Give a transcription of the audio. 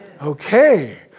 Okay